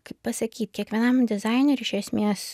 kaip pasakyt kiekvienam dizaineriui iš esmės